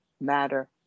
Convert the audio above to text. matter